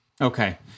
Okay